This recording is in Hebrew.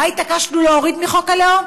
מה התעקשנו להוריד מחוק הלאום?